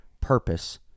purpose